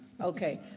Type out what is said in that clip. Okay